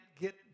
get